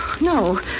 No